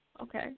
Okay